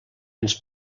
ens